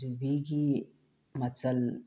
ꯌꯨꯕꯤꯒꯤ ꯃꯆꯜ